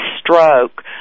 stroke